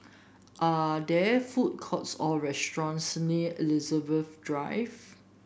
are there food courts or restaurants near Elizabeth Drive